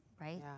right